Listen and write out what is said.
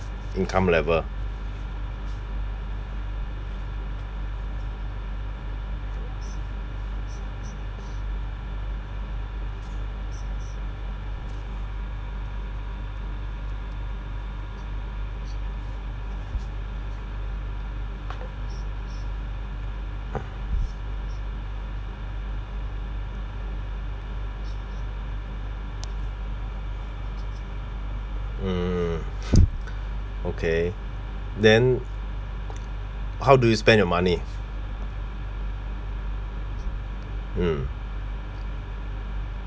income level mm okay then how do you spend your money mm